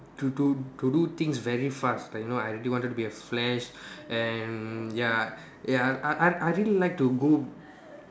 to do to do things very fast like you know I really wanted to be a flash and ya ya I I I really like to go